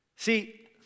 See